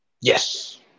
Yes